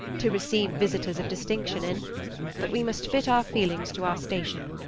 to receive visitors of distinction in but we must fit our feelings to our station.